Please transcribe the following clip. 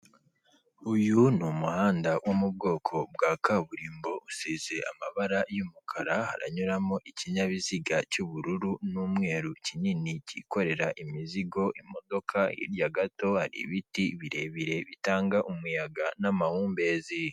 Uyu ni umuhanda wo mu bwoko bwa kaburimbo usize amabara y'umukara haranyuramo ikinyabiziga cy'ubururu n'umweru kinini cyikorera imizigo imodoka hirya gato hari ibiti birebire bitanga umuyaga n'amahumbezi.